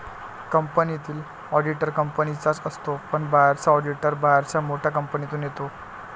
कंपनीतील ऑडिटर कंपनीचाच असतो पण बाहेरचा ऑडिटर बाहेरच्या मोठ्या कंपनीतून येतो